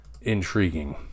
intriguing